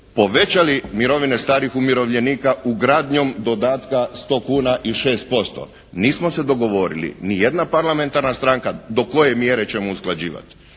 povećali mirovine starih umirovljenika ugradnjom dodatka 100 kuna i 6%. Nismo se dogovorili ni jedna parlamentarna stranka do koje mjere ćemo usklađivati.